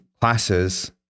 classes